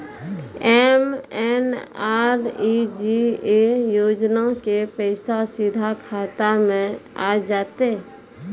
MNREGA योजना के पैसा सीधा खाता मे आ जाते?